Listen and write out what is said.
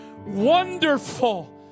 Wonderful